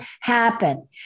happen